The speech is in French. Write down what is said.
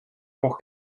pour